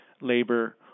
labor